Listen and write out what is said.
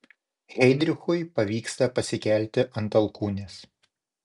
heidrichui pavyksta pasikelti ant alkūnės